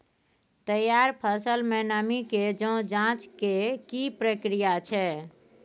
तैयार फसल में नमी के ज जॉंच के की प्रक्रिया छै?